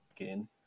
again